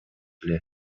эле